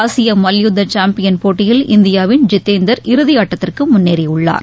ஆசிய மல்யுத்த சாம்பியன் போட்டியில் இந்தியாவின் இதேந்தர் இறதியாட்டத்திற்கு முன்னேறியுள்ளார்